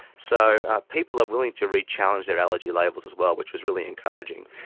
so people are willing to rechallenge their allergy labels as well, which was really encouraging.